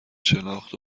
شناخت